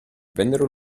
vennero